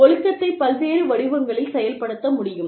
ஒழுக்கத்தை பல்வேறு வடிவங்களில் செயல்படுத்த முடியும்